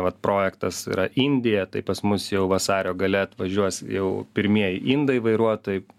vat projektas yra indija tai pas mus jau vasario gale atvažiuos jau pirmieji indai vairuotojai